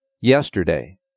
yesterday